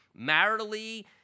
maritally